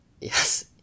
Yes